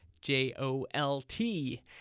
J-O-L-T